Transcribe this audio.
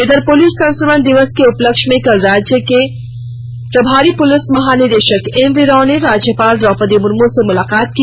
इधर पुलिस संस्मरण दिवस के उपलक्ष्य में कल राज्य के प्रभारी पुलिस महानिदेशक एमवी राव ने राज्यपाल द्रौपदी मुर्मू से मुलाकात की